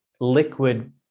liquid